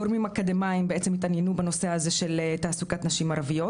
גורמים אקדמיים מתעניינים בנושא הזה של תעסוקת נשים ערביות